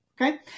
Okay